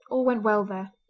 all went well there.